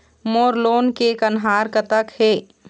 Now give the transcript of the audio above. मोर loan के कन्हार कतक हे?